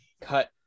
Cut